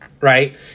right